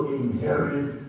inherit